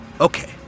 Okay